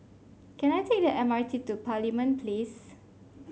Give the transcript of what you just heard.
can I take the M R T to Parliament Place